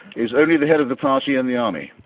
is only the head of the party and the army.